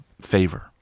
favor